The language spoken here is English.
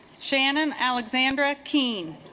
shannon alexandra keane